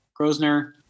Grosner